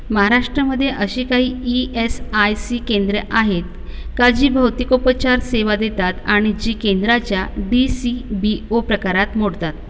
महाराष्ट्रामधे असे काही ई एस आय सी केंद्रं आहेत का जी भौतिकोपचार सेवा देतात आणि जी केंद्राच्या डी सी बी ओ प्रकारात मोडतात